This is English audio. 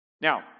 Now